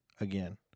again